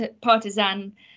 partisan